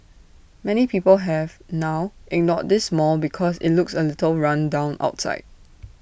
many people have now ignored this mall because IT looks A little run down outside